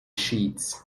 sheets